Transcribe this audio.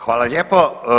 Hvala lijepo.